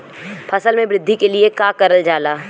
फसल मे वृद्धि के लिए का करल जाला?